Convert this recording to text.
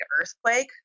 earthquake